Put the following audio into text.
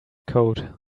coat